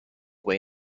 way